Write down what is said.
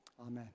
amen